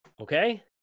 Okay